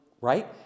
right